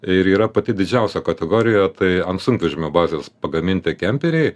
ir yra pati didžiausia kategorija tai ant sunkvežimio bazės pagaminti kemperiai